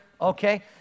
okay